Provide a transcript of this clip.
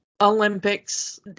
Olympics